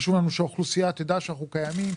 חשוב לנו שהאוכלוסייה תדע שאנחנו קיימים,